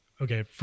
okay